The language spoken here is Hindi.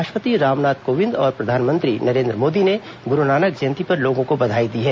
राष्ट्रपति रामनाथ कोविंद और प्रधानमंत्री नरेन्द्र मोदी ने गुरूनानक जंयती पर लोगों को बधाई दी है